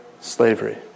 slavery